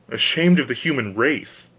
ashamed of the human race.